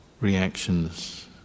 reactions